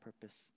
purpose